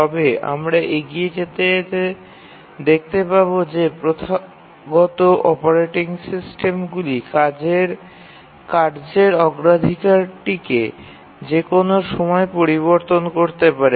তবে আমরা এগিয়ে যেতে যেতে দেখতে পাব যে প্রথাগত অপারেটিং সিস্টেমগুলি কার্যের অগ্রাধিকারটিকে যে কোন সময়ে পরিবর্তন করতে পারে